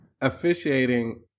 officiating